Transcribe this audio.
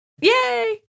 Yay